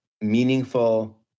meaningful